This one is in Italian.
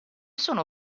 sono